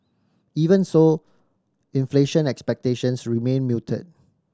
even so inflation expectations remain muted